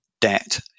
debt